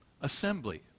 Assembly